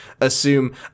assume